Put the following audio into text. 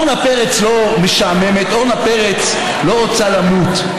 אורנה פרץ לא משעממת, אורנה פרץ לא רוצה למות.